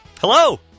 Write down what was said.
Hello